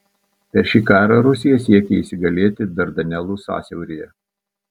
per šį karą rusija siekė įsigalėti dardanelų sąsiauryje